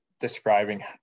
describing